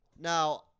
Now